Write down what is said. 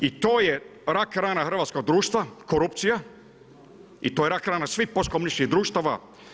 I to je rak rana hrvatskog društva, korupcija, i to je rak rana svih post komunističkih društava.